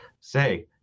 say